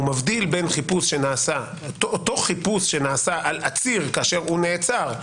אותו חיפוש שנעשה על עציר כשנעצר,